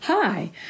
Hi